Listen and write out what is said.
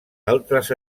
altres